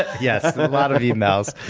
yes. a lot of emails.